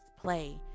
play